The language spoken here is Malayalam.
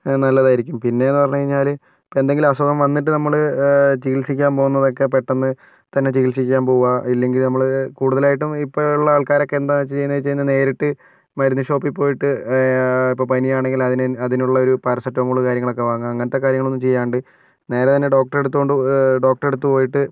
നല്ലതായിരിക്കും പിന്നെ എന്ന് പറഞ്ഞ് കഴിഞ്ഞാല് ഇപ്പോൾ എന്തെങ്കിലും അസുഖം വന്നിട്ട് നമ്മള് ചികിത്സിക്കാൻ പോകുന്നതൊക്കെ പെട്ടെന്ന് തന്നെ ചികിത്സിക്കാൻ പോകുക ഇല്ലെങ്കിൽ നമ്മള് കൂടുതലായിട്ടും ഇപ്പോഴുള്ള ആൾക്കാരൊക്കെ എന്താ ചെയ്യുന്നതെന്ന് വെച്ചുകഴിഞ്ഞാൽ നേരിട്ട് മരുന്ന് ഷോപ്പിൽ പോയിട്ട് ഇപ്പോൾ പനിയാണെങ്കിൽ അതിന് അതിനുള്ള ഒരു പാരസെറ്റമോള് കാര്യങ്ങളൊക്കെ വാങ്ങുക അങ്ങനത്തെ കാര്യങ്ങളൊന്നും ചെയ്യാണ്ട് നേരെ തന്നെ ഡോക്ടറടുത്ത് കൊണ്ട് ഡോക്ടറടുത്ത് പോയിട്ട്